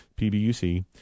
PBUC